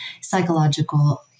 psychological